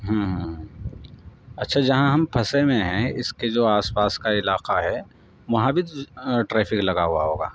ہاں ہاں اچھا جہاں ہم پھسے ہوئے ہیں اس کے جو آس پاس کا علاقہ ہے وہاں بھی تو ٹریفک لگا ہوا ہوگا